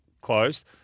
closed